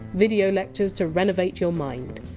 video lectures to renovate your mind.